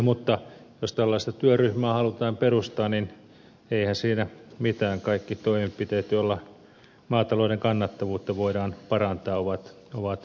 mutta jos tällaista työryhmää halutaan perustaa niin eihän siinä mitään kaikki toimenpiteet joilla maatalouden kannattavuutta voidaan parantaa ovat paikallaan